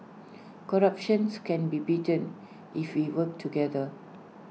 corruptions can be beaten if we work together